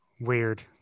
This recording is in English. Weird